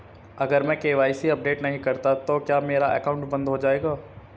अगर मैं KYC update नहीं करता तो क्या मेरा अकाउंट बंद हो जाएगा?